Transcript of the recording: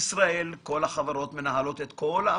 בישראל כל החברות מנהלות את כל האפיקים,